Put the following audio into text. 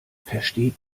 versteht